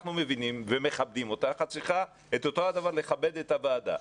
אנחנו מבינים ומכבדים אותך ואת צריכה לכבד את הוועדה.